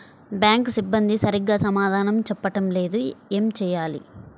Bank సిబ్బంది సరిగ్గా సమాధానం చెప్పటం లేదు ఏం చెయ్యాలి?